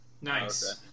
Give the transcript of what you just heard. Nice